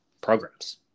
programs